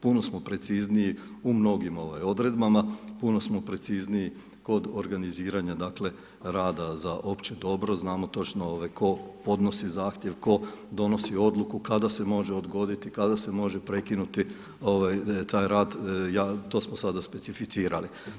Puno smo precizniji u mnogim ovaj odredbama, puno smo precizniji kod organiziranja dakle rada za opće dobro, znamo točno tko podnosi zahtjev, tko donosi odluku, kada se može odgoditi, kada se može prekinuti taj rad to smo sada specificirali.